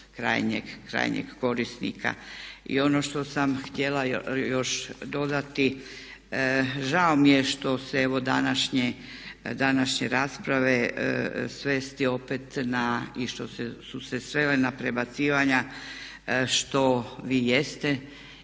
krajnjeg korisnika. I ono što sam htjela još dodati žao mi je što se evo današnje rasprave svesti opet na i što su se svele na prebacivanja što vi jeste